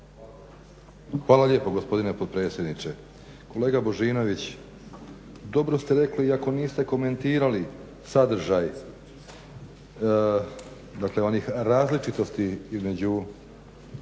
Hvala lijepo gospodine potpredsjedniče. Kolega Božinović dobro ste rekli iako niste komentirali sadržaj dakle onih